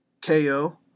KO